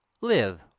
Live